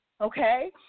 okay